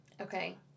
Okay